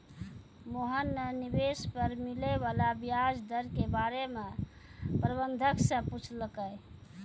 मोहन न निवेश पर मिले वाला व्याज दर के बारे म प्रबंधक स पूछलकै